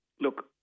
look